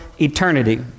eternity